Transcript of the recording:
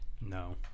No